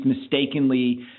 mistakenly